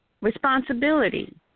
responsibility